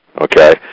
okay